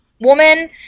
woman